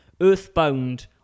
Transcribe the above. Earthbound